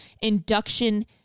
induction